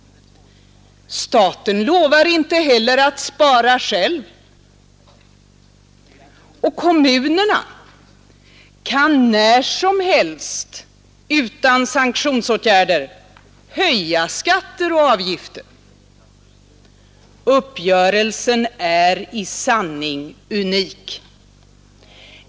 Staten lovar inte heller att spara själv. Och kommunerna kan när som helst utan sanktionsåtgärder höja skatter och avgifter. Uppgörelsen är i sanning unik.